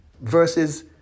versus